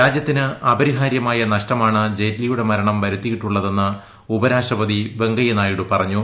രാജ്യത്തിന് അപരിഹാര്യ നഷ്ടമാണ് ജയ്റ്റ്ലിയുടെ മരണം വരുത്തിയിട്ടുള്ളതെന്ന് ഉപരാഷ്ട്രപതി വെങ്കയ്യ നായിഡു പറഞ്ഞു